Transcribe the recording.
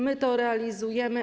My to realizujemy.